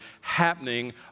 happening